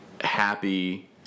happy